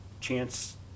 Chance